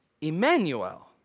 Emmanuel